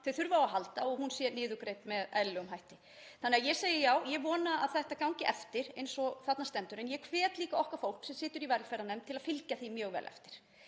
þau þurfa á að halda og að hún sé niðurgreidd með eðlilegum hætti. Þannig að ég segi já, ég vona að þetta gangi eftir eins og þarna stendur en ég hvet líka okkar fólk sem situr í velferðarnefnd til að fylgja því mjög vel eftir.